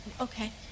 Okay